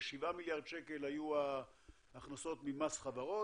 ו-7 מיליארד שקל היו ההכנסות ממס חברות.